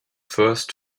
first